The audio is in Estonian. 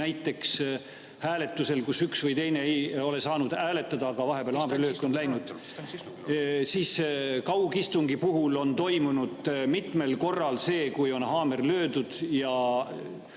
näiteks hääletusel, kus üks või teine ei ole saanud hääletada, aga vahepeal on haamrilöök tehtud; ja kaugistungi puhul on toimunud mitmel korral see, kui on haamriga löödud ja